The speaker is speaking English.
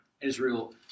Israel